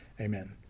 amen